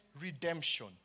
redemption